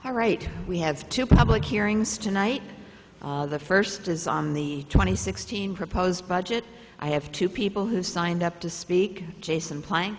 all right we have two public hearings tonight the first is on the twenty sixteen proposed budget i have two people who signed up to speak jason pla